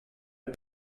een